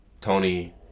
Tony